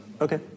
Okay